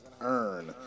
earn